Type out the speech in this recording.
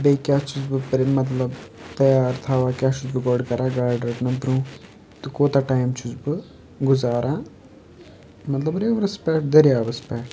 بیٚیہِ کیاہ چھُس بہٕ پرٕ مطلب تیار تھاوان کیاہ چھُس بہٕ گۄڈٕ کَران گاڑِ رَٹنہٕ برونٛہہ تہٕ کوتاہ ٹایم چھُس بہٕ گُزاران مطلب رِورَس پیٚٹھ دٔریاوَس پیٚٹھ